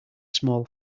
small